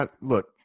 Look